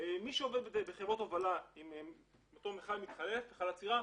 שעובד בחברות הובלה עם אותו מכל אצירה,